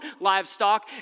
livestock